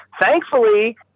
Thankfully